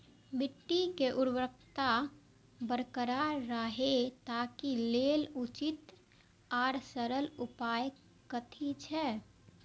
मिट्टी के उर्वरकता बरकरार रहे ताहि लेल उचित आर सरल उपाय कथी छे?